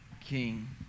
King